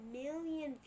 million